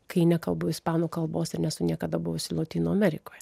kai nekalbu ispanų kalbos ir nesu niekada buvusi lotynų amerikoje